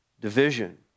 division